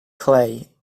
clay